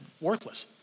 worthless